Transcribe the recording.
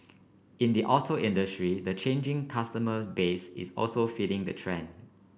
in the auto industry the changing customer base is also feeding the trend